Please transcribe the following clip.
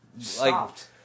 Stopped